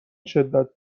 شدت